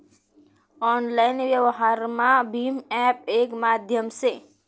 online व्यवहारमा भीम app येक माध्यम से